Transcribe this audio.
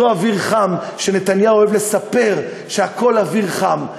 אותו אוויר חם שנתניהו אוהב לספר שהכול אוויר חם,